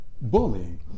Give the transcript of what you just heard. bullying